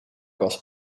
was